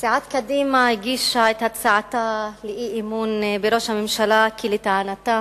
סיעת קדימה הגישה את הצעתה לאי-אמון בראש הממשלה כי לטענתה